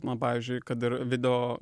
na pavyzdžiui kad ir video